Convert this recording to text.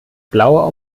blauer